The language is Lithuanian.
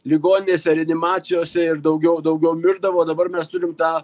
ligoninėse reanimacijose ir daugiau daugiau mirdavo dabar mes turim tą